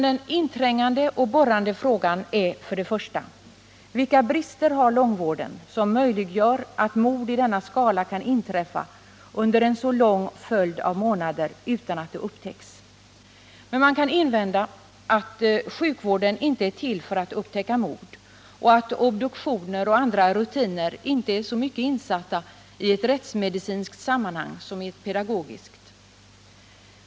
Den inträngande och borrande frågan är främst denna: Vilka brister har långvården som gör att mord i denna skala kan inträffa under en så lång följd av månader utan att morden upptäcks? Man kan invända att sjukvården inte är till för att upptäcka mord och att obduktioner och andra rutiner inte är så mycket insatta i ett rättsmedicinskt sammanhang som i ett pedagogiskt.